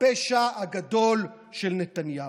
הפשע הגדול של נתניהו.